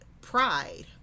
pride